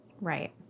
Right